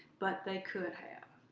but they could have.